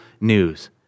news